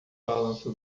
balanço